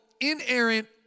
inerrant